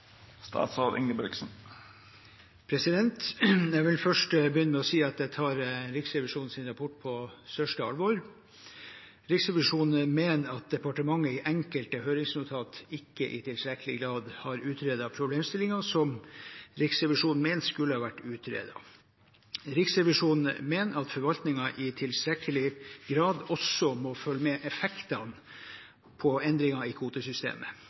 Jeg vil begynne med å si at jeg tar Riksrevisjonens rapport på største alvor. Riksrevisjonen mener at departementet i enkelte høringsnotater ikke i tilstrekkelig grad har utredet problemstillinger som Riksrevisjonen mener skulle ha vært utredet. Riksrevisjonen mener at forvaltningen i tilstrekkelig grad også må følge med på effektene av endringene i kvotesystemet.